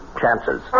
chances